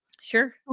Sure